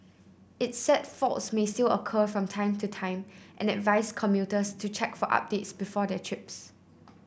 it said faults may still occur from time to time and advised commuters to check for updates before their trips